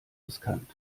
riskant